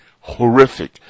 horrific